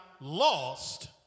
lost